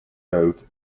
both